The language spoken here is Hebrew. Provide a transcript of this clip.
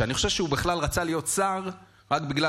שאני חושב שהוא בכלל רצה להיות שר רק בגלל